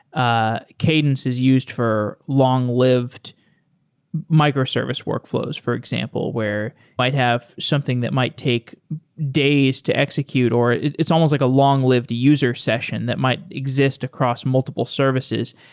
ah cadence is used for long-lived microservice workflows, for example, where you might have something that might take days to execute or it's almost like a long-lived user session that might exist across multiple services.